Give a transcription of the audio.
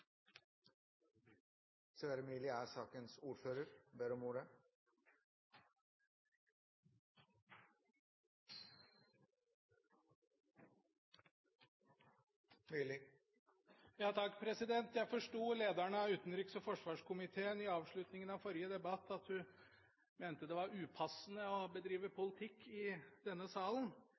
4 er avsluttet. Jeg forsto lederen av utenriks- og forsvarskomiteen – i avslutningen av forrige debatt – slik at hun mente det var upassende å bedrive politikk i denne salen.